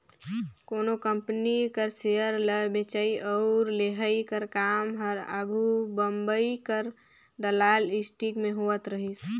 कोनो कंपनी कर सेयर ल बेंचई अउ लेहई कर काम हर आघु बंबई कर दलाल स्टीक में होवत रहिस